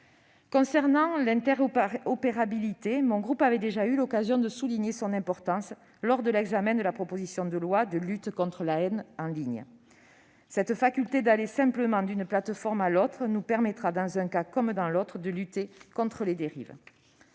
concerne l'interopérabilité, mon groupe avait déjà eu l'occasion de souligner son importance lors de l'examen de la proposition de loi visant à lutter contre les contenus haineux sur internet. Cette faculté d'aller simplement d'une plateforme à l'autre nous permettra, dans un cas comme dans l'autre, de lutter contre les dérives.